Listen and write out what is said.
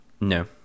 No